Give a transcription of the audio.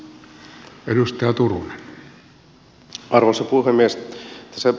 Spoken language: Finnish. arvoisa puhemies